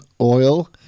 oil